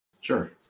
Sure